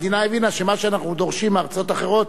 המדינה הבינה שמה שאנחנו דורשים מארצות אחרות,